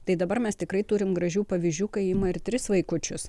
tai dabar mes tikrai turim gražių pavyzdžių kai ima ir tris vaikučius